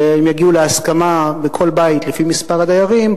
והם יגיעו להסכמה בכל בית לפי מספר הדיירים: